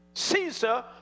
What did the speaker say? Caesar